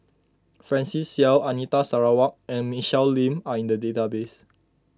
Francis Seow Anita Sarawak and Michelle Lim are in the database